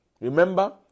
Remember